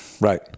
Right